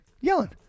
yelling